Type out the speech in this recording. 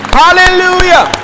hallelujah